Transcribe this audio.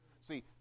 See